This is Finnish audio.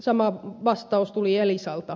sama vastaus tuli elisalta